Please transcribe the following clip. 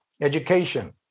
education